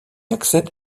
accède